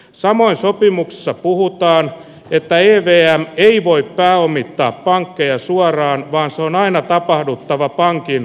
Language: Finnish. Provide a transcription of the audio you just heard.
samoin sopimuksessa puhutaan epäiltyä ei voi pääomittaa pankkien suoraan vaan se on aina tapahduttava pankkiin